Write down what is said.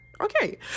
okay